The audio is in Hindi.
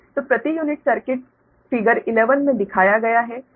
तो प्रति यूनिट सर्किट फिगर 11 में दिखाया गया है